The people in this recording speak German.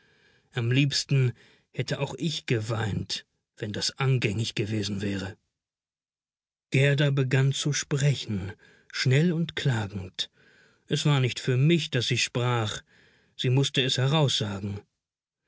am liebsten hätte auch ich geweint wenn das angängig gewesen wäre gerda begann zu sprechend schnell und klagend es war nicht für mich das sie sprach sie mußte es heraussagen